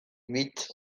huit